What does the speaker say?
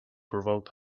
provoked